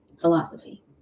philosophy